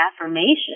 affirmation